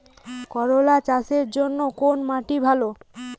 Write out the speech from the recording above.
করলা চাষের জন্য কোন মাটি ভালো?